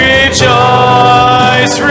Rejoice